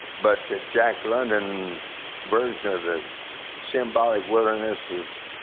but that jack london's version of the symbolic wilderness was